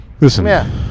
Listen